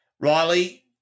Riley